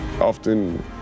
often